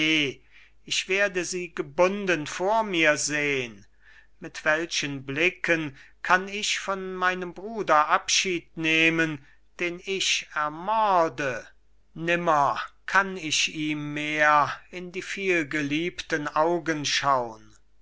ich werde sie gebunden vor mir sehn mit welchen blicken kann ich von meinem bruder abschied nehmen den ich ermorde nimmer kann ich ihm mehr in die vielgeliebten augen schaun